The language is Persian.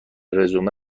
رزومه